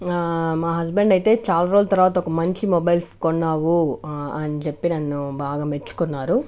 మా హస్బండ్ అయితే చాలా రోజుల తర్వాత ఒక మంచి మొబైల్ కొన్నావు అని చెప్పి నన్ను బాగా మెచ్చుకున్నారు